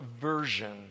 version